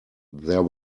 there